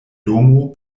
domo